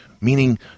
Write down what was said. Meaning